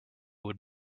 would